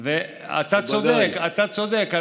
אתה צודק.